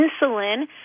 insulin